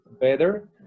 better